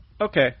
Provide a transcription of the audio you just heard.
Okay